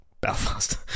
Belfast